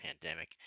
pandemic